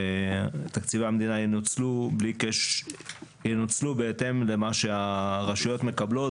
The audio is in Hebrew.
שתקציבי המדינה ינוצלו בהתאם למה שהרשויות מקבלות,